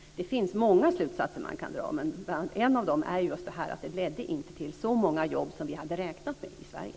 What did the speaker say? Det finns många slutsatser man kan dra. En av dem är att det inte ledde till så många jobb som vi hade räknat med i Sverige.